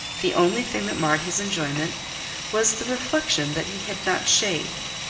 the only thing that marred his enjoyment was the reflection that he had not shaved.